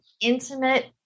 intimate